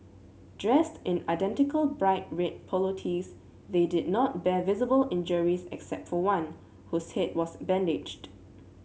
dressed in identical bright red polo tees they did not bear visible injuries except for one whose head was bandaged